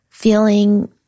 feeling